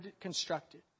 constructed